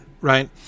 right